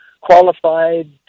qualified